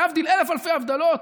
להבדיל אלף אלפי הבדלות,